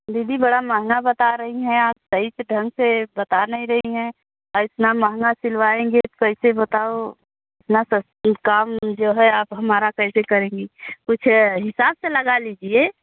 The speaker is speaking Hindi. दीदी बड़ा महँगा बता रही हैं आप सही से ढंग से बात नहीं रही हैं इतना महँगा सिलवाएँगे तो कैसे बताओ इतना सब चीज़ काम जो है आप हमारा कैसे करेंगी कुछ हिसाब से लगा लीजिए